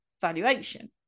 valuation